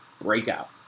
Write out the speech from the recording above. Breakout